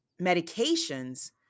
medications